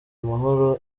amahoro